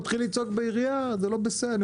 מתחיל לצעוק בעירייה: זה לא בסדר.